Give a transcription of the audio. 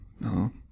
No